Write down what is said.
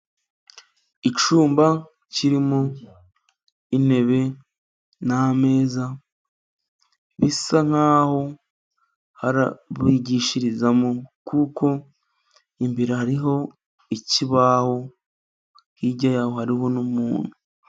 Icyumba kirimo intebe n'ameza, bisa nk'aho bigishirizamo, kuko imbere hariho ikibaho, hirya y'aho hariho n'umuntu.